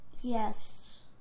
Yes